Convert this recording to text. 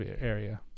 area